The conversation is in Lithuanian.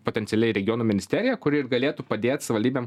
potencialiai regionų ministeriją kuri ir galėtų padėt savaldybėm